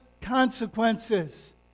consequences